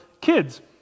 kids